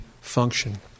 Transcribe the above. function